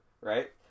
right